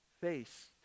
face